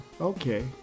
Okay